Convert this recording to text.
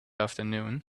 afternoon